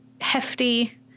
hefty